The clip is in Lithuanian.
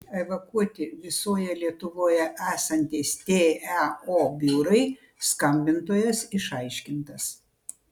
evakuoti visoje lietuvoje esantys teo biurai skambintojas išaiškintas